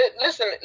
listen